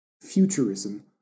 Futurism